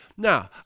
Now